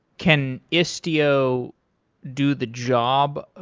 can istio do the job, ah